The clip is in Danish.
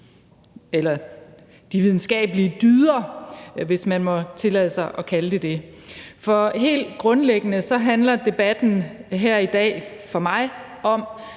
de videnskabelige dyder, hvis man må tillade sig at kalde det det, for helt grundlæggende handler debatten her i dag for mig om,